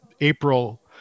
April